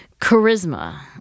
Charisma